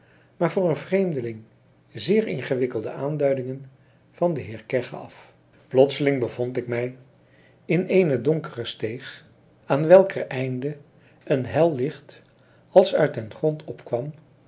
maar voor een vreemdeling zeer ingewikkelde aanduidingen van den heer kegge af plotseling bevond ik mij in eene donkere steeg aan welker einde een hel licht als uit den grond opkwam